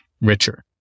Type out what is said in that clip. richer